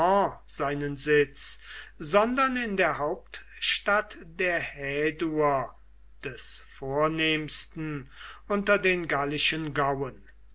seinen sitz sondern in der hauptstadt der häduer des vornehmsten unter den gallischen gauen